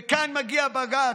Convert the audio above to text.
וכאן מגיע בג"ץ,